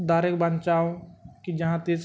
ᱫᱟᱨᱮ ᱵᱟᱧᱪᱟᱣ ᱠᱤ ᱡᱟᱦᱟᱸᱛᱤᱥ